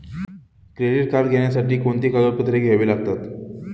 Credit card घेण्यासाठी कोणती कागदपत्रे घ्यावी लागतात?